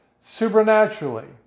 supernaturally